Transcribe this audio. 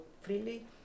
freely